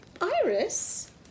Iris